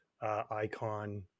icon